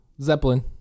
Zeppelin